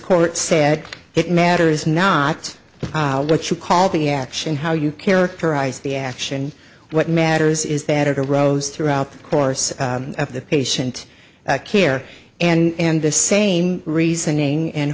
court said it matters not what you call the action how you characterize the action what matters is that it arose throughout the course of the patient care and the same reasoning and